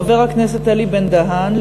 חבר הכנסת אלי בן-דהן,